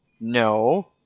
no